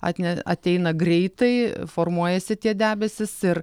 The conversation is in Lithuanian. atne ateina greitai formuojasi tie debesys ir